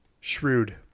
shrewd